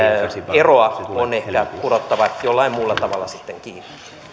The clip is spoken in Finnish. eroa on ehkä kurottava jollain muulla tavalla sitten kiinni